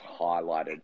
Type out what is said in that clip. highlighted